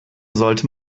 sollte